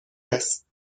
است